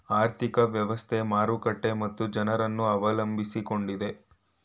ಆರ್ಥಿಕ ವ್ಯವಸ್ಥೆ, ಮಾರುಕಟ್ಟೆ ಮತ್ತು ಜನರನ್ನು ಅವಲಂಬಿಸಿಕೊಂಡಿದೆ